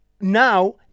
now